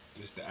Mr